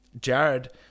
Jared